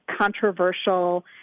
controversial